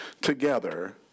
together